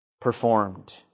performed